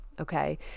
okay